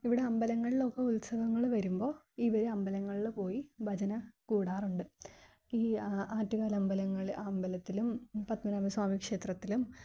ഇവിടെ അമ്പലങ്ങളിലൊക്കെ ഉത്സവങ്ങള് വരുമ്പോള് ഇവര് അമ്പലങ്ങളില് പോയി ഭജന കൂടാറുണ്ട് ഈ ആറ്റുകാൽ അമ്പലങ്ങളിൽ അമ്പലത്തിലും പദ്മനാഭ സ്വാമി ക്ഷേത്രത്തിലും